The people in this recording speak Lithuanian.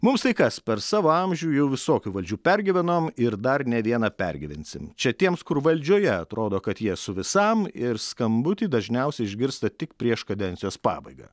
mums tai kas per savo amžių jau visokių valdžių pergyvenom ir dar ne vieną pergyvensim čia tiems kur valdžioje atrodo kad jie su visam ir skambutį dažniausiai išgirsta tik prieš kadencijos pabaigą